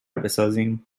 بسازیم